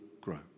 grow